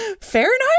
Fahrenheit